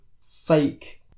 fake